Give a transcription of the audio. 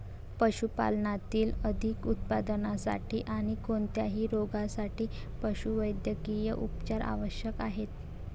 पशुपालनातील अधिक उत्पादनासाठी आणी कोणत्याही रोगांसाठी पशुवैद्यकीय उपचार आवश्यक आहेत